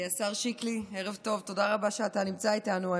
השר שיקלי, ערב טוב, תודה רבה שאתה נמצא איתנו.